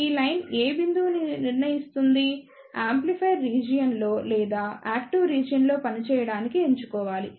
ఈ లైన్ ఏ బిందువును నిర్ణయిస్తుంది యాంప్లిఫైయర్ రీజియన్ లో లేదా యాక్టీవ్ రీజియన్ లో పనిచేయడానికి ఎంచుకోవాలి